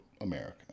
America